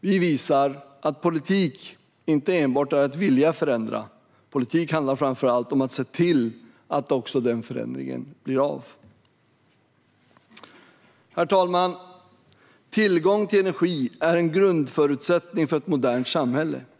Vi visar att politik inte enbart är att vilja förändra utan att politik framför allt handlar om att se till att förändringen blir av. Tillgång till energi är en grundförutsättning för ett modernt samhälle.